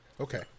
Okay